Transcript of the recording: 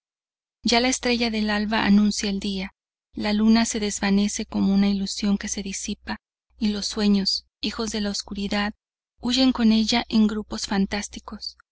ya la estrella del alba anuncia el día la luna se desvanece como una ilusión que se disipa y los sueños hijos de la oscuridad huyen con ella en grupos fantásticos